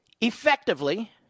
effectively